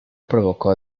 provocó